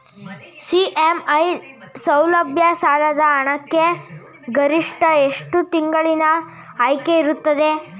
EMI ಸೌಲಭ್ಯ ಸಾಲದ ಹಣಕ್ಕೆ ಗರಿಷ್ಠ ಎಷ್ಟು ತಿಂಗಳಿನ ಆಯ್ಕೆ ಇರುತ್ತದೆ?